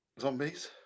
Zombies